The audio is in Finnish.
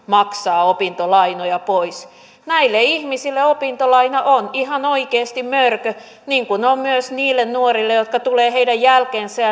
maksaa opintolainoja pois näille ihmisille opintolaina on ihan oikeasti mörkö niin kuin on myös niille nuorille jotka tulevat heidän jälkeensä ja